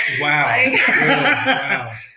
wow